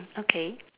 okay